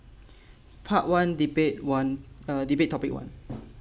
part one debate one uh debate topic one